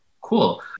cool